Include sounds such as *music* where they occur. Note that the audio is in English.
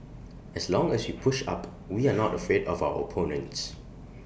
as long as we push up we are *noise* not afraid of our opponents